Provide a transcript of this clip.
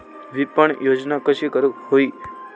विपणन योजना कशी करुक होई?